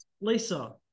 Lisa